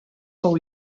fou